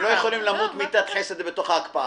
הם לא יכולים למות מיתת חסד בתוך ההקפאה.